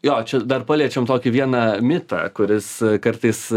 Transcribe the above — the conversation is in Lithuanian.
jo čia dar paliečiam tokį vieną mitą kuris kartais